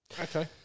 Okay